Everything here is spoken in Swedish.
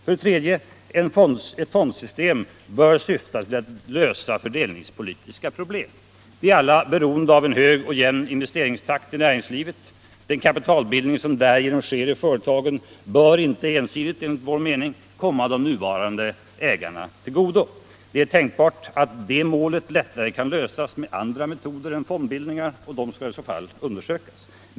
För det tredje: Ett fondsystem bör syfta till att lösa fördelningspolitiska problem. Vi är alla beroende av en hög och jämn investeringstakt i näringslivet. Den kapitalbildning som därigenom sker i företagen bör enligt vår mening inte ensidigt komma de nuvarande ägarna till godo. Det är tänkbart att det målet lättare kan uppnås med andra metoder än fondbildningar, och de skall i så fall undersökas.